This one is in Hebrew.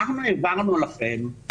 אנחנו העברנו אליכם,